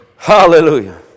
Hallelujah